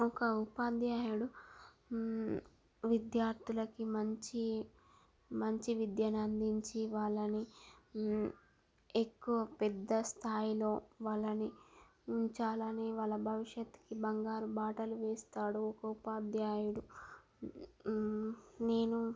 ఒక ఉపాధ్యాయుడు విద్యార్థులకు మంచి మంచి విద్యను అందించి వాళ్లని ఎక్కువ పెద్ద స్థాయిలో వాళ్లను ఉంచాలని వాళ్ళ భవిష్యత్తుకు బంగారు బాటలు వేస్తాడు ఒక ఉపాధ్యాయుడు నేను